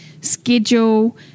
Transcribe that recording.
schedule